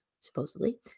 supposedly